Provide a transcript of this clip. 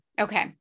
Okay